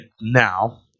now